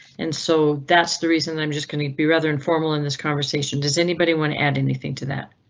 and so that's the reason i'm just going to be rather informal in this conversation. does anybody want to add anything to that?